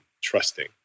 trusting